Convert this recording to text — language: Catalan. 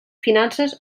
finances